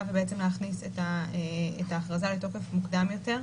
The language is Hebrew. ובעצם להכניס את ההכרזה לתוקף מוקדם יותר.